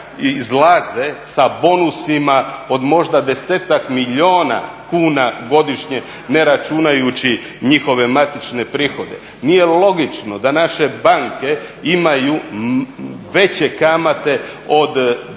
izlaze sa bonusima od možda desetak milijuna kuna godišnje ne računajući njihove matične prihode, nije logično da naše banke imaju veće kamate od banaka